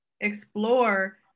explore